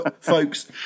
folks